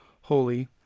holy